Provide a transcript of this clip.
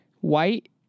white